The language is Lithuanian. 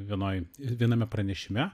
vienoj viename pranešime